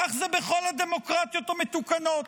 כך זה בכל הדמוקרטיות המתוקנות.